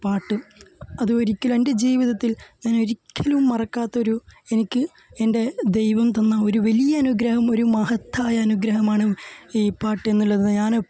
പാട്ടും അതും ഒരിക്കലും എന്റെ ജീവിതത്തില് ഞാൻ ഒരിക്കലും മറക്കാത്തൊരു എനിക്ക് എന്റെ ദൈവം തന്ന ഒരു വലിയ അനുഗ്രഹം ഒരു മഹത്തായ അനുഗ്രഹമാണ് ഈ പാട്ട് എന്നുള്ളത് ഞാന്